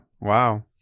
Wow